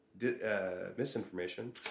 misinformation